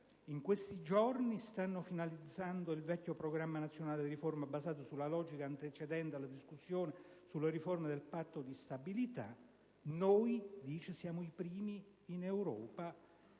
in questi giorni «stanno finalizzando il vecchio programma nazionale di riforme basate sulla logica antecedente la discussione sulla riforma del Patto di stabilità. Siamo, tutti i Paesi d'Europa,